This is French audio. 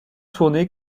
tourné